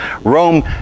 rome